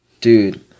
Dude